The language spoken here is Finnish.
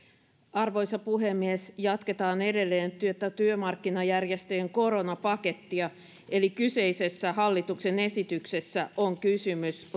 arvoisa puhemies jatketaan edelleen tätä työmarkkinajärjestöjen koronapakettia eli kyseisessä hallituksen esityksessä on kysymys